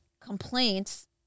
complaints